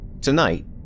Tonight